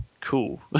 cool